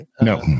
No